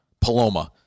paloma